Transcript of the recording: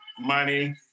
money